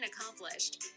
accomplished